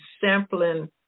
sampling